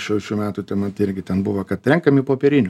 šių šių metų ten vat irgi ten buvo kad renkami į popierinių